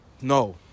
No